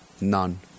none